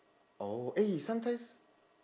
oh eh sometimes